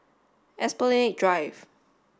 Drive